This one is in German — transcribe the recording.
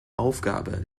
aufgabe